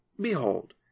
Behold